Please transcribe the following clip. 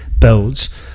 builds